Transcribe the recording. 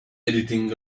editing